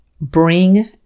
bring